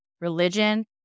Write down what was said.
religion